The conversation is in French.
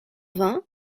vingt